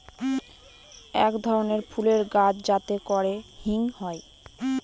এক ধরনের ফুলের গাছ যাতে করে হিং হয়